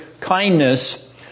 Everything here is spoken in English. kindness